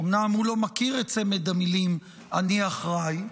אומנם הוא לא מכיר את צמד המילים "אני אחראי",